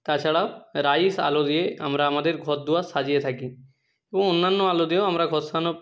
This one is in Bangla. তাছাড়াও রাইস আলো দিয়ে আমরা আমাদের ঘরদুয়ার সাজিয়ে থাকি এবং অন্যান্য আলো দিয়েও আমরা ঘর